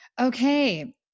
Okay